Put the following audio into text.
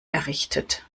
errichtet